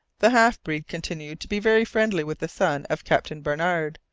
the half-breed continued to be very friendly with the son of captain barnard,